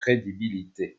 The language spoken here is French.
crédibilité